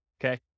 okay